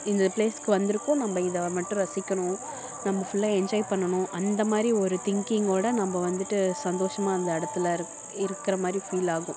இந்த ப்ளேஸுக்கு வந்திருக்கோம் நம்ம இதை மட்டும் ரசிக்கணும் நம்ம ஃபுல்லாக என்ஜாய் பண்ணணும் அந்த மாதிரி ஒரு திங்கிங்கோட நம்ம வந்துவிட்டு சந்தோஷமாக அந்த இடத்துல இருக்க இருக்கிற மாதிரி ஃபீல் ஆகும்